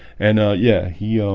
and yeah, he um.